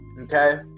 Okay